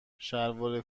شلوار